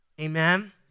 Amen